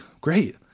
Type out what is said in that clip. Great